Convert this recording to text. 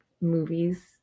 movies